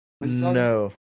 No